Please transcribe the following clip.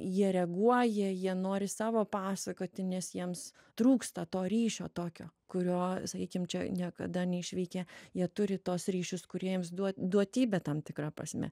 jie reaguoja jie nori savo pasakoti nes jiems trūksta to ryšio tokio kurio sakykim čia niekada neišvykę jie turi tuos ryšius kur iems duo duotybė tam tikra prasme